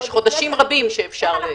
יש חודשים רבים שאפשר --- איך אנחנו